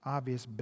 obvious